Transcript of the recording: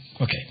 Okay